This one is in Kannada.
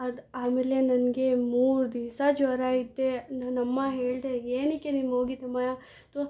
ಅದು ಆಮೇಲೆ ನನಗೆ ಮೂರು ದಿವಸ ಜ್ವರ ಐತೆ ನನ್ನಅಮ್ಮ ಹೇಳಿದೇ ಏನಕ್ಕೆ ನೀನು ಹೋಗಿದ್ಯಮ್ಮ ಥೂ